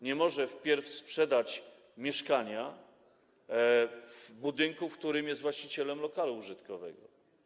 Nie może wpierw sprzedać mieszkania w budynku, w którym jest właścicielem lokalu użytkowego.